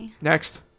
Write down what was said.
Next